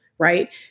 Right